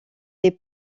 est